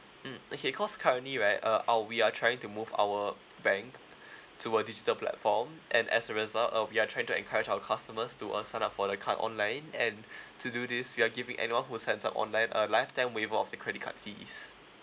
mm okay cause currently right uh our we are trying to move our bank to a digital platform and as a result uh we are trying to encourage our customers to uh sign up for the card online and to do this we are giving anyone who signs up online a lifetime waive off the credit card fees